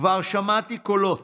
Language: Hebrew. "כבר שמעתי קולות,